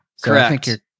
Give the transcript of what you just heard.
Correct